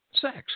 sex